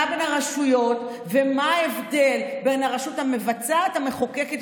בין הרשויות ומה ההבדל בין הרשות המבצעת למחוקקת.